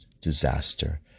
disaster